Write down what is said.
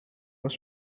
was